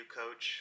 coach